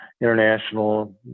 international